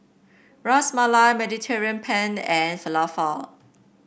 Ras Malai Mediterranean Penne and Falafel